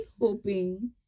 hoping